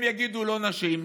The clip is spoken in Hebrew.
הם יגידו: לא נשים.